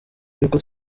y’uko